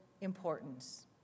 importance